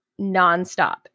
nonstop